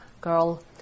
girl